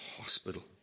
hospital